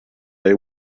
they